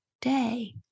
day